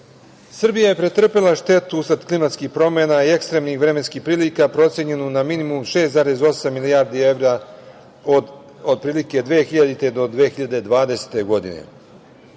je pretrpela štetu usled klimatskih promena i ekstremnih vremenskih prilika procenjenu na minimum 6,8 milijardi evra otprilike od 2000. do 2020. godine.